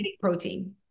protein